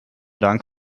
dank